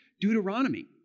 Deuteronomy